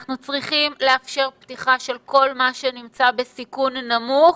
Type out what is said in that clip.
אנחנו צריכים לאפשר פתיחה של כל מה שנמצא בסיכון נמוך,